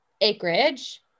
acreage